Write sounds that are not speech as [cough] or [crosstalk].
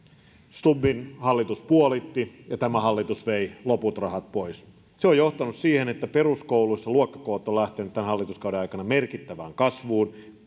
stubbin hallitus puolitti ne ja tämä hallitus vei loput rahat pois se on johtanut siihen että peruskouluissa luokkakoot ovat lähteneet tämän hallituskauden aikana merkittävään kasvuun [unintelligible]